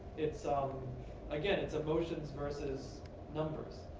it's um again, it's emotions versus numbers.